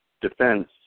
defense